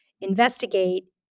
investigate